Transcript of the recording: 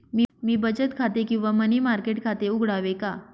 मी बचत खाते किंवा मनी मार्केट खाते उघडावे का?